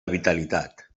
vitalitat